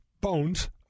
Bones